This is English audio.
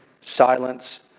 silence